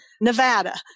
Nevada